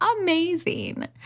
amazing